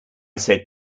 said